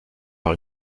par